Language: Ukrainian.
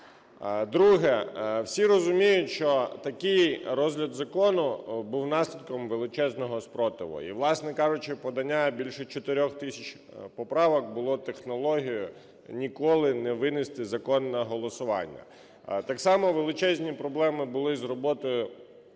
Друге. Всі розуміють, що такий розгляд закону був наслідком величезного спротиву. І, власне кажучи, подання більше 4 тисяч поправок було технологією ніколи не винести закон на голосування. Так само величезні проблеми були і з роботою